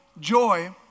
Joy